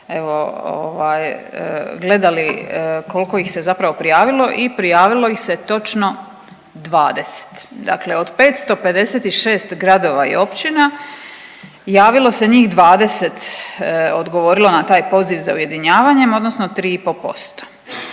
ovaj gledali kolko ih se zapravo prijavilo i prijavilo ih se točno 20, dakle od 556 gradova i općina javilo se njih 20, odgovorilo na taj poziv za ujedinjavanjem odnosno 3,5%.